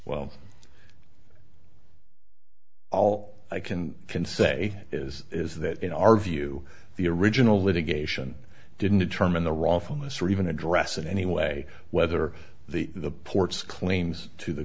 well all i can can say is is that in our view the original litigation didn't determine the wrongfulness or even address in any way whether the ports claims to the